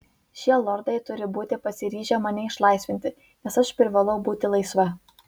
šie lordai turi būti pasiryžę mane išlaisvinti nes aš privalau būti laisva